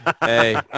Hey